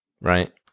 right